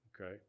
Okay